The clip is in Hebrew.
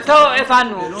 הבנו.